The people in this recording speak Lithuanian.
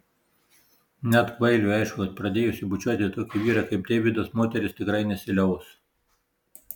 net kvailiui aišku kad pradėjusi bučiuoti tokį vyrą kaip deividas moteris tikrai nesiliaus